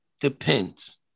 Depends